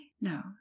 No